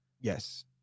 Yes